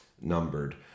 numbered